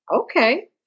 okay